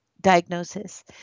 diagnosis